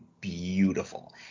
beautiful